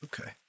okay